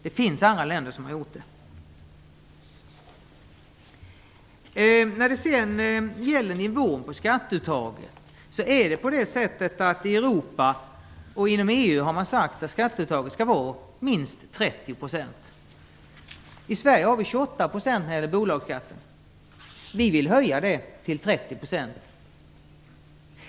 Det finns länder som har gjort det. Vad gäller bolagsskatteuttaget har man inom EU föreskrivit att nivån på detta skall vara minst 30 %. Vi har i Sverige en bolagsskatt om 28 %, och vi vill höja den till 30 %.